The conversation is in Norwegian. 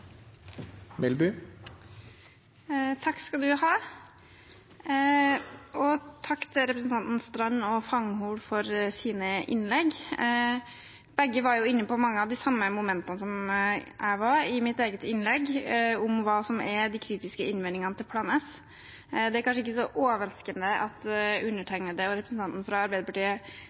Takk til representantene Knutsdatter Strand og Fanghol for deres innlegg. Begge var inne på mange av de samme momentene jeg var inne på i mitt innlegg, om hva som er de kritiske innvendingene til Plan S. Det er kanskje ikke så overraskende at undertegnede og representanten fra Arbeiderpartiet